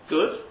Good